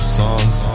songs